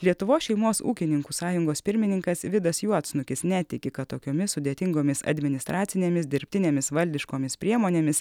lietuvos šeimos ūkininkų sąjungos pirmininkas vidas juodsnukis netiki kad tokiomis sudėtingomis administracinėmis dirbtinėmis valdiškomis priemonėmis